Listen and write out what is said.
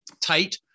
tight